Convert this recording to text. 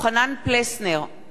אינו נוכח